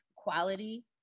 quality